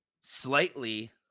slightly